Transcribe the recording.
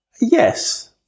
Yes